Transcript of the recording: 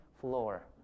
floor